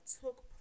took